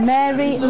Mary